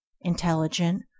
intelligent